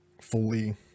fully